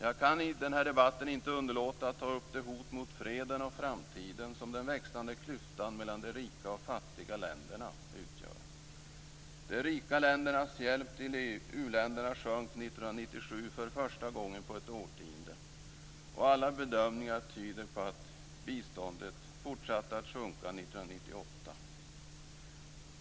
Jag kan i den här debatten inte underlåta att ta upp det hot mot freden och framtiden som den växande klyftan mellan de rika och fattiga länderna utgör. De rika ländernas hjälp till u-länderna sjönk år 1997 för första gången på ett årtionde, och alla bedömningar tyder på att biståndet fortsatte att sjunka år 1998.